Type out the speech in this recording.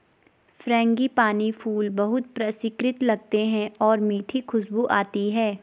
frangipani फूल बहुत परिष्कृत लगते हैं और मीठी खुशबू आती है